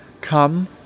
come